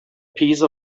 piece